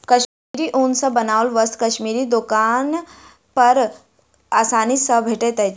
कश्मीरी ऊन सॅ बनाओल वस्त्र कश्मीरी दोकान पर आसानी सॅ भेटैत अछि